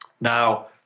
Now